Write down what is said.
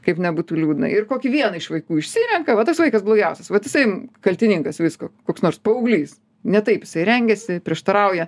kaip nebūtų liūdna ir kokį vieną iš vaikų išsirenka va tas vaikas blogiausias vat jisai kaltininkas visko koks nors paauglys ne taip jisai rengiasi prieštarauja